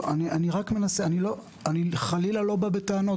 אני חלילה לא בא בטענות.